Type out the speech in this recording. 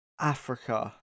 africa